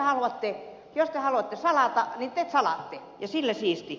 jos te haluatte salata niin te salaatte ja sillä siisti